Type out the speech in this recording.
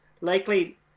Likely